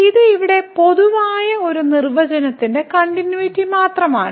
ഇത് ഇവിടെ പൊതുവായ ഈ നിർവചനത്തിന്റെ കണ്ടിന്യൂയിറ്റി മാത്രമാണ്